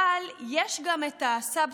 אבל יש גם את הסב-טקסט,